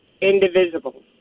indivisible